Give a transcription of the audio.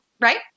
right